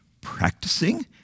practicing